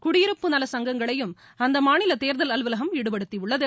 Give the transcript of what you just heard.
குடியிருப்பு நல சங்கங்களையும் அந்தமாநிலதேர்தல் அலுவலகம் ஈடுபடுத்தியுள்ளது